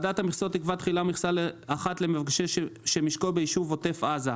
ועדת המכסות תקבע תחילה מכסה אחת למבקש שמשקו ביישובי עוטף עזה,